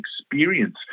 experience